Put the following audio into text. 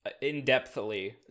In-depthly